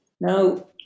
Now